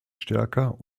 stärker